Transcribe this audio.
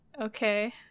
Okay